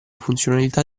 funzionalità